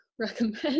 recommend